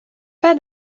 pas